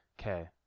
Okay